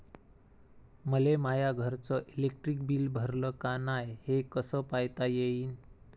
मले माया घरचं इलेक्ट्रिक बिल भरलं का नाय, हे कस पायता येईन?